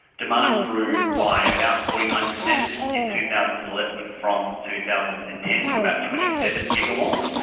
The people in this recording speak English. demand grew by about forty nine percent in two thousand and eleven from two thousand and ten to about twenty seven gigawatts.